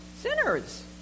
Sinners